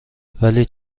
ولی